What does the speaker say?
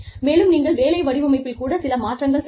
மேலும் நீங்கள் வேலை வடிவமைப்பில் கூட சில மாற்றங்கள் செய்யலாம்